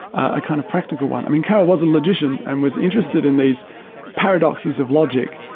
a kind of practical one. i mean carroll was a logician and was interested in these paradoxes of logic,